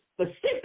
specific